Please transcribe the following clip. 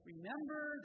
Remember